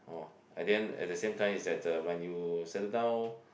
orh at the end at the same time is that uh when you settle down